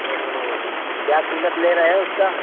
ओहो क्या कीमत ले रहे हैं उसका